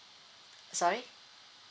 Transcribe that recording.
sorry